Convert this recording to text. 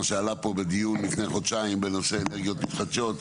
מה שעלה פה בדיון לפני חודשיים בנושא אנרגיות מתחדשות,